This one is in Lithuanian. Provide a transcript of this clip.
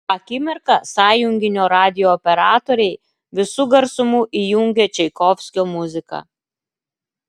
tą akimirką sąjunginio radijo operatoriai visu garsumu įjungė čaikovskio muziką